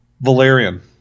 Valerian